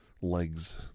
legs